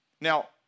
Now